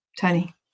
Tony